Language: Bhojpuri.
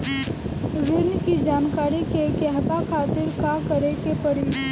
ऋण की जानकारी के कहवा खातिर का करे के पड़ी?